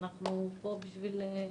אנחנו פה בשביל להישאר.